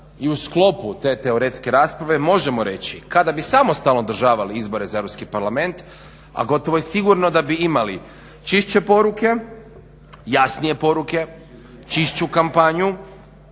i u sklopu te teoretske rasprave možemo reći kada bi samostalno održavali izbore za EU parlament, a gotovo je sigurno da bi imali čišće poruke, jasnije poruke, čišću kampanju,